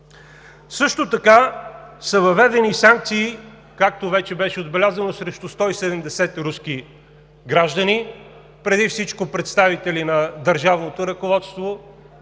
Също така са въведени санкции, както вече беше отбелязано, срещу 170 руски граждани, преди всичко представители на държавното ръководство,